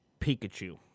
Pikachu